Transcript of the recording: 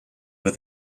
with